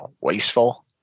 wasteful